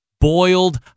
boiled